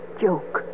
joke